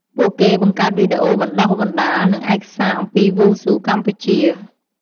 ពួកគេបង្កើតវីដេអូបណ្ដុះបណ្ដាល និងឯកសារអំពីវ៉ូស៊ូកម្ពុជា។